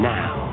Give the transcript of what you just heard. now